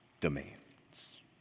demands